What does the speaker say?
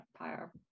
Empire